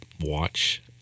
watch